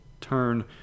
turn